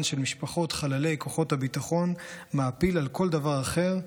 של משפחות חללי כוחות הביטחון מאפיל על כל דבר אחר.